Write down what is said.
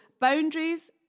boundaries